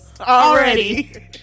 already